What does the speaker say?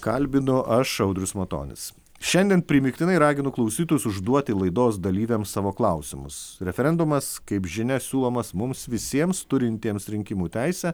kalbinu aš audrius matonis šiandien primygtinai raginu klausytojus užduoti laidos dalyviams savo klausimus referendumas kaip žinia siūlomas mums visiems turintiems rinkimų teisę